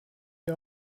die